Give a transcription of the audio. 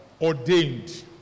ordained